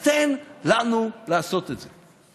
אז תן לנו לעשות את זה.